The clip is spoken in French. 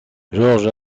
georges